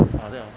ah 对 hor